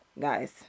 Guys